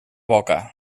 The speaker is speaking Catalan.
boca